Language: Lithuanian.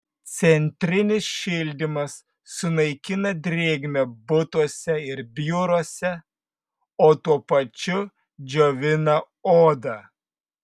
centrinis šildymas sunaikina drėgmę butuose ir biuruose o tuo pačiu džiovina odą